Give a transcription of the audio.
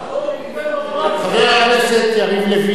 חבר הכנסת יריב לוין,